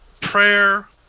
prayer